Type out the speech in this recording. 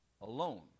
alone